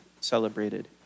celebrated